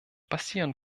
passieren